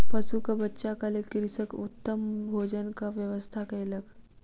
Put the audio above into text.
पशुक बच्चाक लेल कृषक उत्तम भोजनक व्यवस्था कयलक